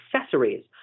accessories